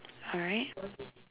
alright